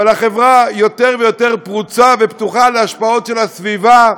אבל החברה יותר ויותר פרוצה ופתוחה להשפעות של הסביבה,